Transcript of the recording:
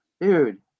dude